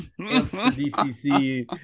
DCC